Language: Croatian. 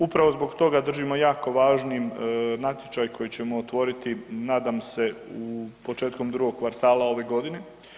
Upravo zbog toga držimo jako važnim natječaj koji ćemo otvoriti nadam se početkom drugog kvartala u ovoj godini.